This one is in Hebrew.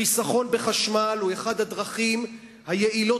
חיסכון בחשמל הוא אחת הדרכים היעילות